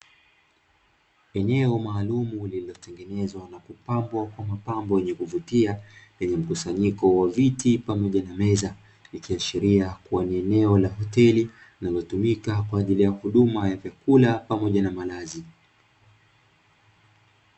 Eneo maalumu lililotengenezwa na kupambwa kwa mapambo yenye kuvutia lenye mkusanyiko wa viti pamoja na meza. Ikiashiria kuwa ni eneo la hoteli linalotumika kwa ajili ya huduma za vyakula pamoja na malazi.